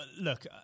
look